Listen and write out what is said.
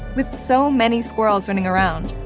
with so many squirrels running around?